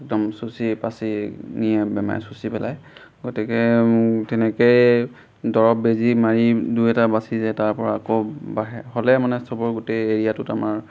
একদম চুচি পাচি নিয়ে বেমাৰ চুচি পেলাই গতিকে তেনেকৈয়ে দৰৱ বেজী মাৰি দুই এটা বাচি যায় তাৰপৰা আকৌ বাঢ়ে হ'লে মানে চবৰ গোটেই এৰিয়াটোত আমাৰ